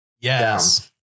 Yes